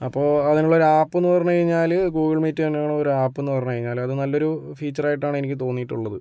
അപ്പോൾ അതിനുള്ള ഒരു ആപ്പ് എന്ന് പറഞ്ഞ് കഴിഞ്ഞാല് ഗൂഗിൾ മീറ്റ് തന്നെയൊരു ആപ്പ് എന്ന് പറഞ്ഞ് കഴിഞ്ഞാല് അത് നല്ലൊരു ഫീച്ചർ ആയിട്ടാണ് എനിക്ക് തോന്നിയിട്ടുള്ളത്